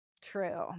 True